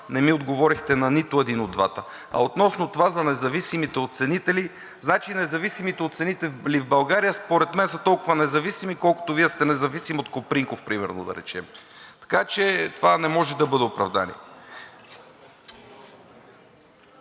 не ми отговорихте на нито един от двата. А относно това за независимите оценители – независимите оценители в България според мен са толкова независими, колкото Вие сте независим от Копринков, примерно да кажем, така че това не може да бъде оправдание.